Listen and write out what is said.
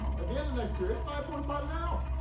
at the end of next year. it's five point five now.